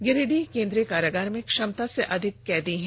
गिरिडीह केन्द्रीय कारागार में क्षमता से बहुत अधिक कैदी है